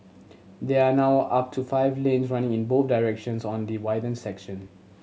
there are now up to five lanes running in both directions on the widened section